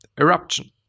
Eruption